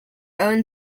own